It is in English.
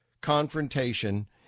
confrontation